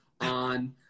on